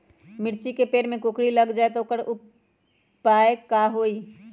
मिर्ची के पेड़ में कोकरी लग जाये त वोकर उपाय का होई?